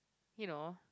you know